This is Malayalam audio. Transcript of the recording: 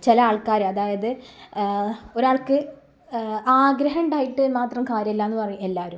ചില ആൾക്കാർ അതായത് ഒരാൾക്ക് ആഗ്രഹമുണ്ടായിട്ടു മാത്രം കാര്യമില്ലയെന്നു പറയും എല്ലാവരും